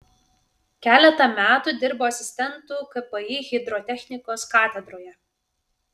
keletą metų dirbo asistentu kpi hidrotechnikos katedroje